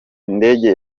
indege